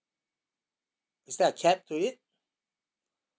is there a cap to it